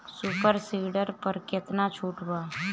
Super seeder पर केतना छूट बा?